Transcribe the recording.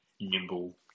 nimble